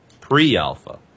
Pre-alpha